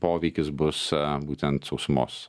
poveikis bus būtent sausumos